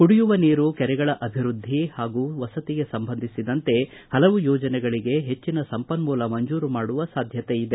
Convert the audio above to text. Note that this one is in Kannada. ಕುಡಿಯುವ ನೀರು ಕೆರೆಗಳ ಅಭಿವೃದ್ದಿ ಹಾಗೂ ವಸತಿಗೆ ಸಂಬಂಧಿಸಿದಂತೆ ಹಲವು ಯೋಜನೆಗಳಿಗೆ ಹೆಚ್ಚಿನ ಸಂಪನ್ಮೂಲ ಮಂಜೂರು ಮಾಡುವ ಸಾಧ್ಯತೆಯಿದೆ